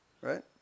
Right